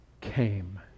came